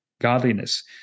godliness